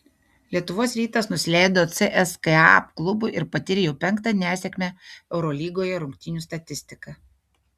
lietuvos rytas nusileido cska klubui ir patyrė jau penktą nesėkmę eurolygoje rungtynių statistika